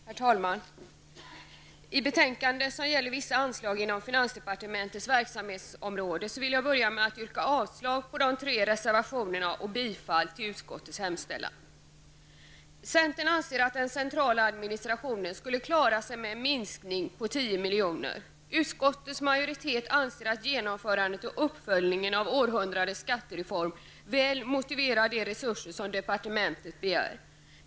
Herr talman! Finansutskottets betänkande nr 13 gäller vissa anslag inom finansdepartementets verksamhetsområde. Jag vill börja med att yrka avslag på de tre reservationerna till betänkandet och bifall till utskottets hemställan. Centern anser att den centrala administrationen skulle klara sig med en minskning på 10 milj.kr. Utskottets majoritet anser att genomförandet och uppföljningen av århundradets skattereform väl motiverar de resurser som departementet begär.